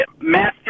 master